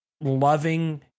loving